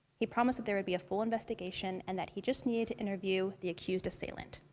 he promised that there would be a full investigation and that he just needed to interview the accused assailant.